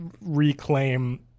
reclaim